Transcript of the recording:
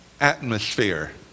atmosphere